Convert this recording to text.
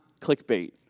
clickbait